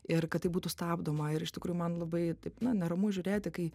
ir kad tai būtų stabdoma ir iš tikrųjų man labai taip na neramu žiūrėti kai